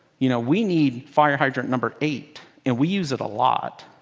you know we need fire hydrant number eight and we use it a lot.